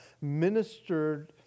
ministered